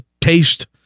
taste